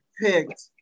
picked